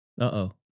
Uh-oh